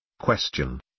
Question